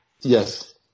Yes